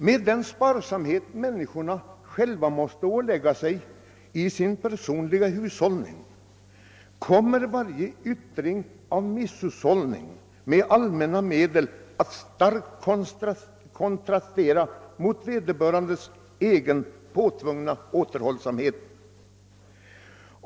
Med den sparsamhet och återhållsamhet som människorna själva måste ålägga sig i sin personliga livsföring kommer varje yttring av misshushållning med allmänna medel att starkt kontrastera däremot.